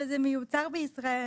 וזה מיותר בישראל,